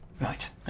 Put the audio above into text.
Right